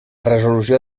resolució